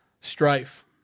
Strife